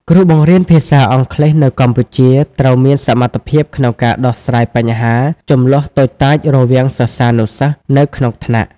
គ្រូបង្រៀនភាសាអង់គ្លេសនៅកម្ពុជាត្រូវមានសមត្ថភាពក្នុងការដោះស្រាយបញ្ហាជម្លោះតូចតាចរវាងសិស្សានុសិស្សនៅក្នុងថ្នាក់។